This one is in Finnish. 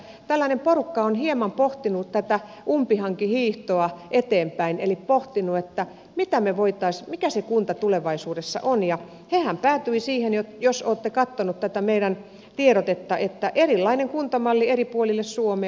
tällainen porukka on hieman pohtinut tätä umpihankihiihtoa eteenpäin eli pohtinut mikä se kunta tulevaisuudessa on ja hehän päätyivät siihen jos olette katsoneet tätä meidän tiedotettamme että erilainen kuntamalli eri puolille suomea